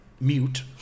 mute